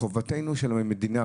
חובתנו של המדינה,